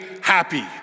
happy